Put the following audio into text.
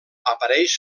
apareix